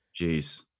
Jeez